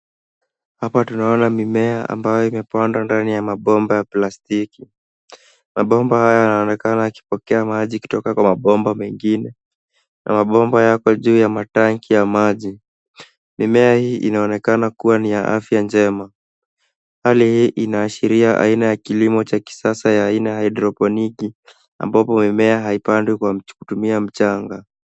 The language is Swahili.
Hapa tunaona mimea ambayo imepandwa ndani ya mabomba plastiki. Mabomba hata yanaonekana yakipokea maji kutoka kwa mabomba mengine. Kuna mabomba yako juu ya matanki ya maji. Mimea hii inaonekana kuwa ni ya afya njema. Hali hi inaashiria aina ya kilimo cha kisasa ya aina ya haidroponiki ambapo mimea haipandwi kwa kutumia mchanga.